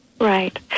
right